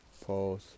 pause